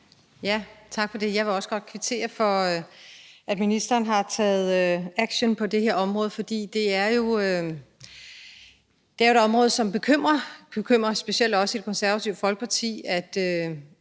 Tak for det. Jeg vil også godt kvittere for, at ministeren har taget action på det her område, for det er jo et område, som bekymrer. Det bekymrer specielt os i Det Konservative Folkeparti, at